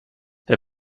herr